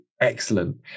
Excellent